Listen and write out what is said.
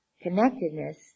connectedness